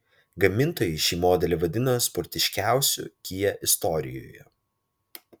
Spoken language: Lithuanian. gamintojai šį modelį vadina sportiškiausiu kia istorijoje